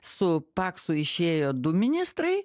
su paksu išėjo du ministrai